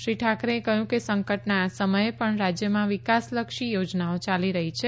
શ્રી ઠાકરેએ કહ્યું કે સંકટના આ સમયે પણ રાજયમાં વિકાસલક્ષી યોજનાઓ યાલી રહી છે